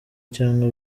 cyangwa